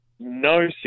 no